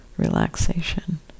relaxation